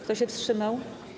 Kto się wstrzymał?